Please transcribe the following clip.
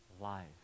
life